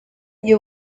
you